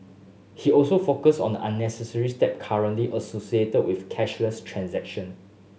he also focused on the unnecessary step currently associated with cashless transaction